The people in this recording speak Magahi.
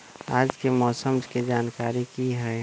आज के मौसम के जानकारी कि हई?